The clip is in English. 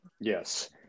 Yes